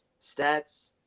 stats